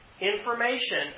information